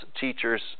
teachers